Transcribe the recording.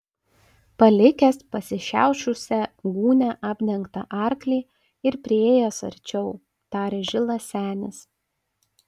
palikęs pasišiaušusią gūnią apdengtą arklį ir priėjęs arčiau tarė žilas senis